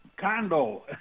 condo